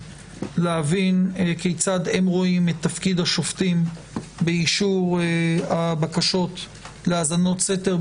להבין כיצד הם רואים את תפקיד השופטים באישור הבקשות להאזנות סתר,